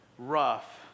Rough